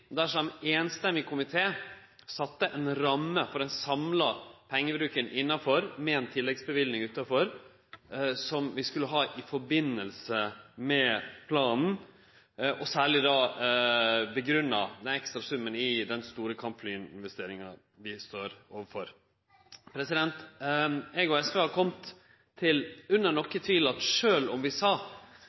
der det vart sett ei ramme for den samla pengebruken, med ei tilleggsløyving utanfor som vi skulle ha i samband med planen. Den ekstra summen var særlig grunngjeve med den store kampflyinvesteringa vi står overfor. Eg – og Sosialistisk Venstreparti – har kome til, under nokon tvil, at sjølv om vi sa